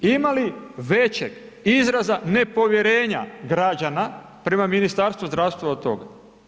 Ima li većeg izraza nepovjerenja građana prema Ministarstvu zdravstva od toga?